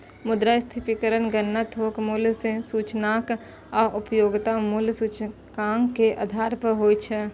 मुद्रास्फीतिक गणना थोक मूल्य सूचकांक आ उपभोक्ता मूल्य सूचकांक के आधार पर होइ छै